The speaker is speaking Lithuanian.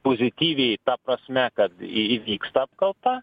pozityviai ta prasme kad į įvyks ta apkalta